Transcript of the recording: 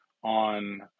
on